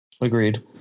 Agreed